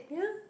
ya